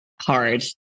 hard